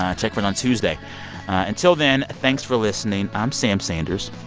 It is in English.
ah check for it on tuesday until then, thanks for listening. i'm sam sanders.